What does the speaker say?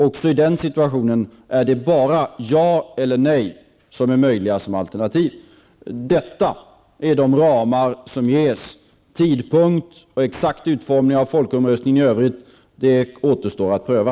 Också i den situationen är bara ja eller nej möjliga som alternativ. Detta är de ramar som ges. Tidpunkt och exakt utformning av folkomröstningen i övrigt återstår att pröva.